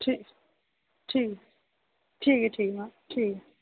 ठीक ठीक ठीक ऐ ठीक ऐ मैम ठीक ऐ